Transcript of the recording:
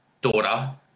daughter